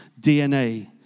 DNA